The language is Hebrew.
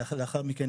לאחר מכן,